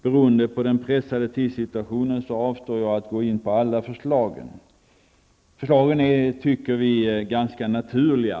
Beroende på den pressade tidssituationen avstår jag från att gå in på alla förslagen. Vi menar att förslagen är ganska naturliga.